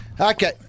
Okay